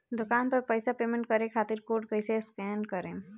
दूकान पर पैसा पेमेंट करे खातिर कोड कैसे स्कैन करेम?